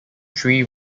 three